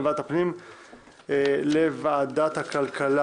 מוועדת הפנים והגנת הסביבה לדיון בוועדת הכלכלה.